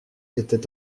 était